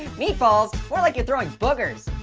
meatballs? more like you're throwing boogers.